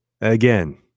Again